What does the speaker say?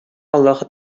аллаһы